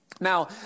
Now